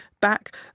back